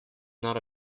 not